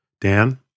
Dan